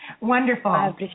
wonderful